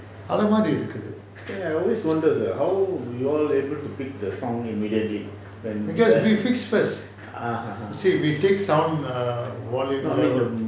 eh I always wonder eh how you all able to pick the song immediately when the ah !huh! !huh! no I mean the